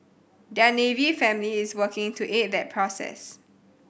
their Navy family is working to aid that process